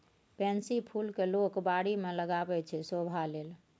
pansy फुल केँ लोक बारी मे लगाबै छै शोभा लेल